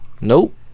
Nope